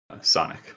Sonic